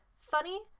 funny